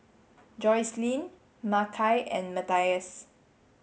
Joycelyn Makai and Matthias